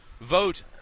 vote